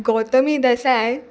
Gautami दसाय